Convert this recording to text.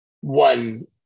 One